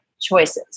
choices